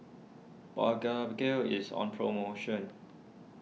is on promotion